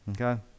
Okay